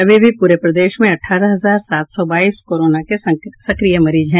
अभी भी पूरे प्रदेश में अठारह हजार सात सौ बाईस कोरोना के सक्रिय मरीज हैं